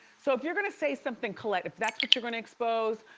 so if you're gonna say something colette, if that's what you're gonna expose,